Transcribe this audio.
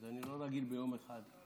אני לא רגיל ביום אחד.